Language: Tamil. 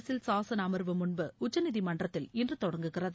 அரசியல் சாசன அமர்வு முன்பு உச்சநீதிமன்றத்தில் இன்று தொடங்குகிறது